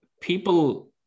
people